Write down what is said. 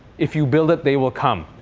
if you build it, they will come.